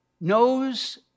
knows